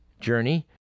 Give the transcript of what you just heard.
journey